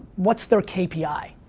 what's they're kpi,